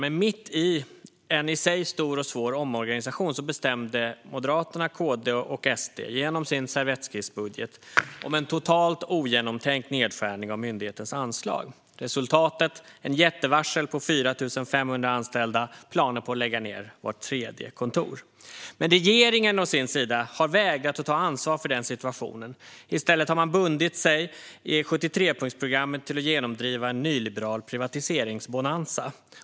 Men mitt i en i sig stor och svår omorganisation bestämde sig Moderaterna, Kristdemokraterna och Sverigedemokraterna genom sin servettskissbudget för en totalt ogenomtänkt nedskärning av myndighetens anslag. Resultatet blev ett jättevarsel av 4 500 anställda och planer på att lägga ned vart tredje kontor. Aktuell debatt om Arbetsförmedlingens organisations-förändring Regeringen å sin sida har vägrat att ta ansvar för denna situation. I stället har man bundit sig i 73-punktsprogrammet att genomdriva en nyliberal privatiseringsbonanza.